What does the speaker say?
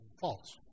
false